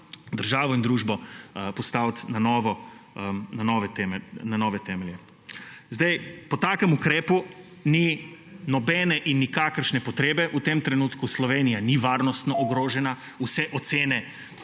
državo in družbo postaviti na nove temelje. Po takem ukrepu ni nobene in nikakršne potrebe v tem trenutku. Slovenija ni varnostno ogrožena, vse ocene